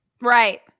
right